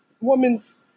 woman's